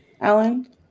Alan